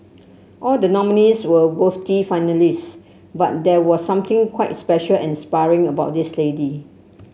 all the nominees were worthy finalist but there was something quite special and inspiring about this lady